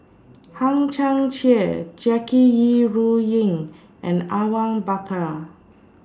Hang Chang Chieh Jackie Yi Ru Ying and Awang Bakar